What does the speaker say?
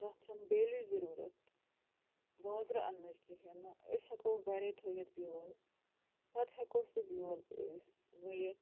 تَتھ چھَنہٕ بیلِچ ضروٗرت بازرٕ اَننٕچ کِہیٖنۍ نہٕ أسۍ ہٮ۪کو گَرے تھٲیِتھ بیول پَتہٕ ہٮ۪کو سُہ بیول أسۍ ؤوِتھ